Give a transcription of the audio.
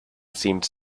seemed